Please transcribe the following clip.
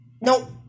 Nope